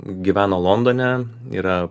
gyveno londone yra